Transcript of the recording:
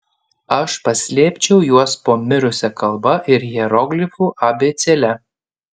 aš paslėpčiau juos po mirusia kalba ir hieroglifų abėcėle